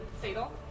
fatal